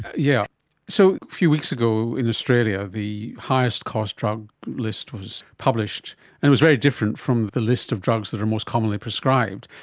yeah so few weeks ago in australia the highest cost drug list was published and it was very different from the list of drugs that are most commonly prescribed.